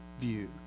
view